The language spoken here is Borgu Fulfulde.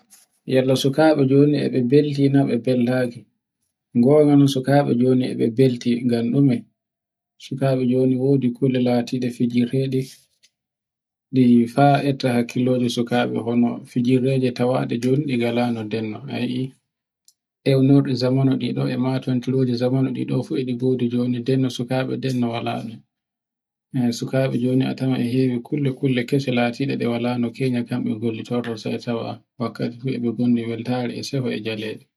Yalle e sukabe joni e be beldino be beldano. Go woni sukabe jone ko be belti ngam dume. Sukabe joni wodi kuɗe latide fijirteɗi ɗi fae takkilo sukabe huno fijirle je tawaɗe joni ɗe ngalano. Eunorɗe e tawe e jalaɗe.